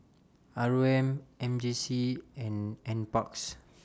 R O M M J C and NParks